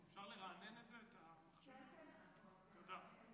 תודה רבה.